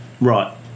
Right